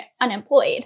unemployed